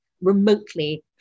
remotely